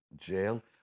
jail